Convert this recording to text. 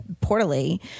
poorly